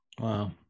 Wow